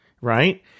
Right